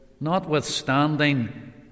notwithstanding